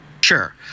Sure